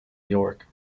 york